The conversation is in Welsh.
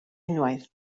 unwaith